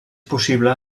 possible